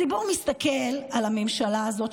הציבור מסתכל על הממשלה הזאת,